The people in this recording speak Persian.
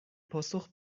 پاسخ